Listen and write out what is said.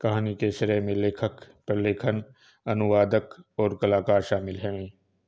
कहानी के श्रेय में लेखक, प्रलेखन, अनुवादक, और कलाकार शामिल हैं